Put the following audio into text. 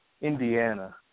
Indiana